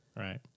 Right